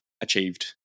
achieved